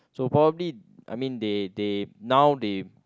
so probably I mean they they now they